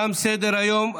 תם סדר-היום.